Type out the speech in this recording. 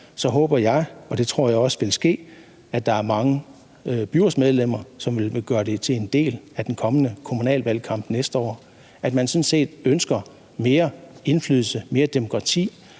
og håber – og det tror jeg også vil ske – at der er mange byrådsmedlemmer, som vil gøre det til en del af den kommende kommunale valgkamp næste år, at man ønsker mere indflydelse, mere demokrati,